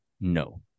no